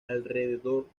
alrededor